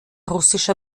russischer